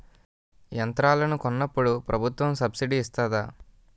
యంత్రాలను కొన్నప్పుడు ప్రభుత్వం సబ్ స్సిడీ ఇస్తాధా?